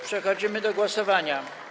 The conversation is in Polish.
Przechodzimy do głosowania.